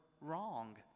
wrong